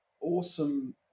Awesome